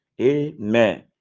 Amen